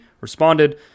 responded